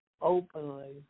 openly